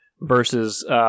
versus